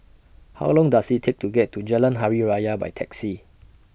How Long Does IT Take to get to Jalan Hari Raya By Taxi